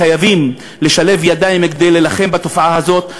חייבים לשלב ידיים כדי להילחם בתופעה הזאת.